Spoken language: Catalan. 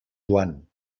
joan